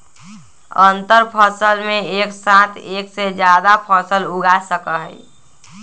अंतरफसल में एक साथ एक से जादा फसल उगा सका हई